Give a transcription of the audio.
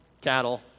cattle